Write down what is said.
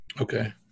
Okay